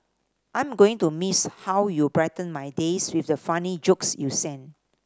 I'm going to miss how you brighten my days with the funny jokes you sent